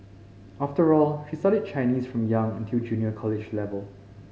after all she studied Chinese from young until junior college level